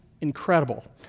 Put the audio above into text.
incredible